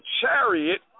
chariot